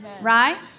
Right